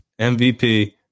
MVP